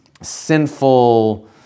sinful